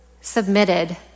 submitted